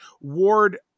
ward